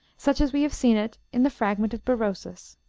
such as we have seen it in the fragment of berosus.